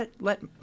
let